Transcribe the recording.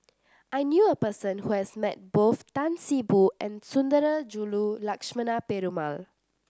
I knew a person who has met both Tan See Boo and Sundarajulu Lakshmana Perumal